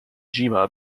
jima